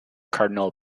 cardinal